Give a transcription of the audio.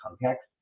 context